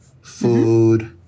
food